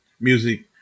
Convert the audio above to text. music